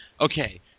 okay